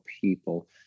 people